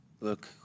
Look